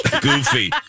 Goofy